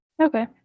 Okay